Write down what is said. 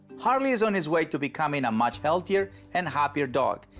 harley is on his way to becoming a much healthier and happier dog.